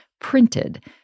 printed